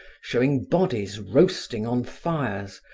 showing bodies roasting on fires,